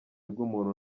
bw’umuntu